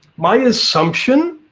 my assumption,